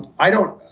i don't.